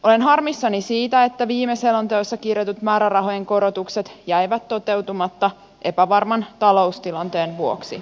olen harmissani siitä että viime selonteossa kirjatut määrärahojen korotukset jäivät toteutumatta epävarman taloustilanteen vuoksi